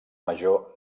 major